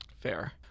Fair